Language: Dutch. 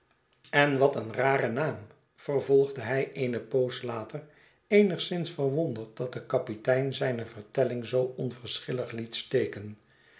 en wat een rare naam vervolgde hij eene poos later eenigszins verwonderd dat de kapitein zijne vertelling zoo onverschillig liet steken